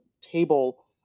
table